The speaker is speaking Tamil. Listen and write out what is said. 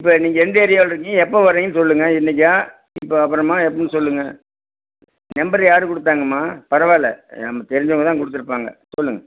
இப்போ நீங்கள் எந்த ஏரியாவில் இருக்கீங்க எப்போ வரீங்கன்னு சொல்லுங்க இன்றைக்கா இப்போது அப்புறமா எப்போன்னு சொல்லுங்க நெம்பர் யார் கொடுத்தாங்கம்மா பரவாயில்ல நமக்கு தெரிஞ்சவங்கள் தான் கொடுத்துருப்பாங்க சொல்லுங்க